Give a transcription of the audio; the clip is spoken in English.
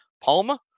palma